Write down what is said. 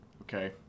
okay